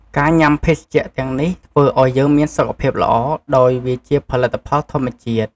ការញុាំភេសជ្ជៈទាំងនេះ ធ្វើឱ្យយើងមានសុខភាពល្អដោយវាជាផលិតផលធម្មជាតិ។